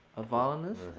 a violinist.